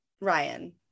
Ryan